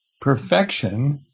perfection